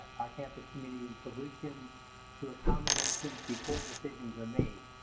our campus community, in solutions to accommodations before decisions are made.